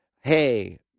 hey